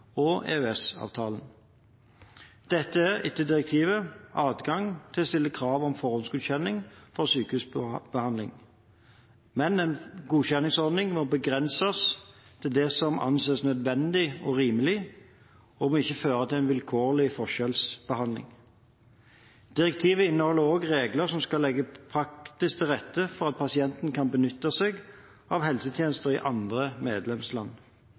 annet EU-land. Dette er en regelfesting av rettigheter som EU-domstolen allerede har slått fast at pasientene har, som en følge av reglene om fri bevegelighet av tjenester i EU-traktaten og EØS-avtalen. Det er etter direktivet adgang til å stille krav om forhåndsgodkjenning for sykehusbehandling. Men en godkjenningsordning må begrenses til det som anses nødvendig og rimelig, og må ikke føre til vilkårlig forskjellsbehandling. Direktivet inneholder også regler